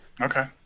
Okay